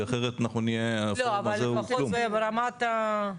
כי אחרת הפורום הזה --- לפחות ברמת השיח?